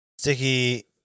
Sticky